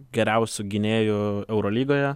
geriausių gynėjų eurolygoje